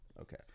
okay